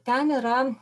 ten yra